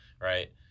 right